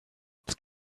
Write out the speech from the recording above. its